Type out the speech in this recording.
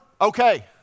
okay